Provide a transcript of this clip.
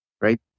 right